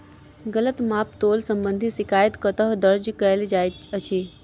गलत माप तोल संबंधी शिकायत कतह दर्ज कैल जाइत अछि?